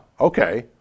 okay